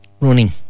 running